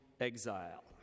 exile